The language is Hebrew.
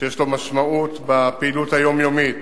שיש לו משמעות בפעילות היומיומית